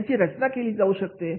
त्याची रचना केली जाऊ शकते